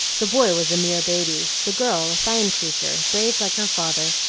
the boy was a mere baby the girl a fine creature, brave like her father,